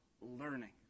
learning